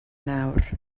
nawr